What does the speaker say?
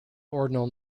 ordinal